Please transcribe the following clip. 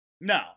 No